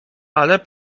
ale